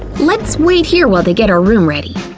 let's wait here while they get our room ready.